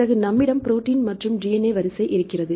பிறகு நம்மிடம் ப்ரோடீன் மற்றும் DNA வரிசை இருக்கிறது